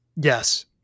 Yes